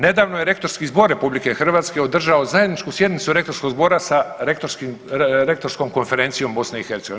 Nedavno je Rektorski zbor RH održao zajedničku sjednicu Rektorskog zbora sa Rektorskom konferencijom BiH.